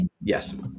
Yes